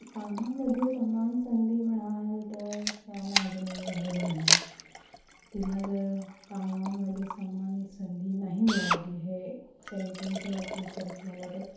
कामामध्ये समान संधी म्हणाल तर त्यांना अजूनही मिळालेली नाही आहे तिला जर कामामध्ये समान संधी नाही मिळाली हे सेंटन्सचं मला प्रूव कराचं झालं तर